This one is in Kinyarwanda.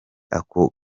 ako